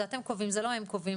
זה אתם קובעים, זה לא הם קובעים.